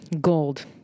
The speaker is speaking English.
gold